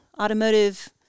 automotive